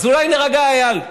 אז אולי נירגע איל,